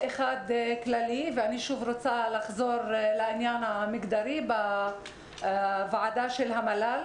רוצה לחזור לעניין המגדרי בוועדה של המל"ל.